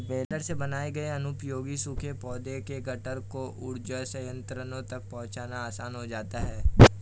baler से बनाए गए अनुपयोगी सूखे पौधों के गट्ठर को ऊर्जा संयन्त्रों तक पहुँचाना आसान हो जाता है